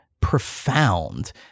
profound